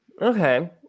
Okay